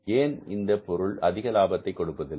ஏன் இந்த பொருள் அதிக லாபத்தை கொடுப்பதில்லை